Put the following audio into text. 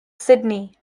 sydney